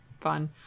fun